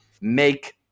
make